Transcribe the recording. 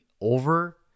over